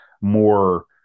more